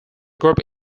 group